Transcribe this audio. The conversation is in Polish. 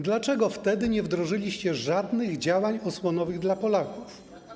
Dlaczego wtedy nie wdrożyliście żadnych działań osłonowych dla Polaków?